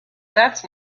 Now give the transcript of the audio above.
that’s